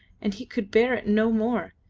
and he could bear it no more.